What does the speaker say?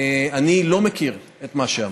לא מכיר את מה שאמרת.